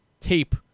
tape